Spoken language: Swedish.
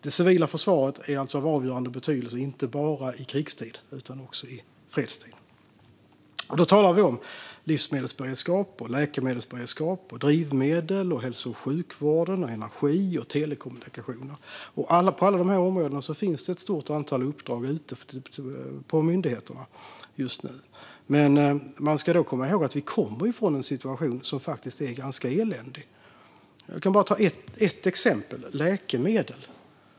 Det civila försvaret är alltså av avgörande betydelse inte bara i krigstid utan också i fredstid. Då talar vi om livsmedels och läkemedelsberedskap, drivmedel, hälso och sjukvård, energi och telekommunikationer. På alla de här områdena finns det ett stort antal uppdrag ute på myndigheterna just nu. Man ska dock komma ihåg att vi kommer från en situation som faktiskt är ganska eländig. Jag kan ta läkemedel som exempel.